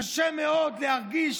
קשה מאוד להרגיש,